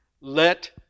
Let